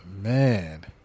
man